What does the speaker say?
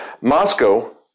Moscow